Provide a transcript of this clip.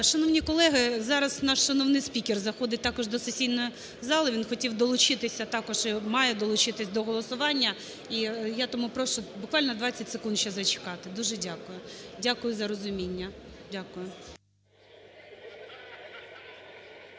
Шановні колеги, зараз в нас шановний спікер заходить до сесійної зали. Він хотів долучитися, також має долучитися до голосування. І я тому прошу буквально 20 секунд ще зачекати. Дуже дякую. Дякую за розуміння. Дякую.